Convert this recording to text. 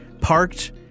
parked